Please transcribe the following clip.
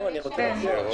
לא מצביעים.